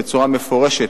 בצורה מפורשת,